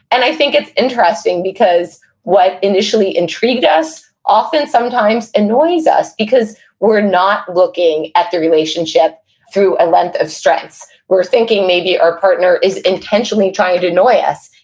and i think it's interesting, because what initially intrigued us, often sometimes annoys us, because we're not looking at the relationship through a lens of strengths. we're thinking maybe our partner is intentionally trying to annoy ah us,